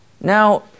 Now